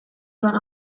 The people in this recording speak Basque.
joan